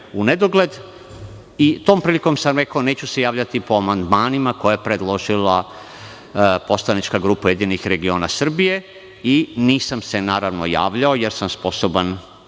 u nedogled i tom prilikom sam rekao neću se javljati po amandmanima koje je predložila poslanička grupa URS i nisam se naravno javljao jer sam sposoban